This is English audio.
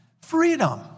freedom